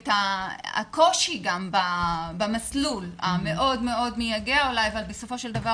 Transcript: ואת הקושי במסלול המאוד מייגע אבל בסופו של דבר,